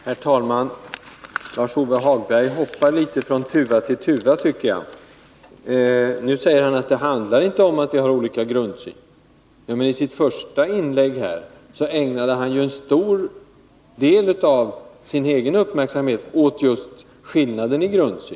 Herr talman! Lars-Ove Hagberg hoppar från tuva till tuva, tycker jag. Nu säger han att det inte handlar om att vi har olika grundsyn. Men i sitt första inlägg ägnade han en stor del av sin egen uppmärksamhet åt just skillnaden i grundsyn.